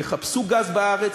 יחפשו גז בארץ,